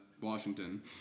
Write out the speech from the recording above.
Washington